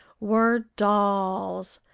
were dolls.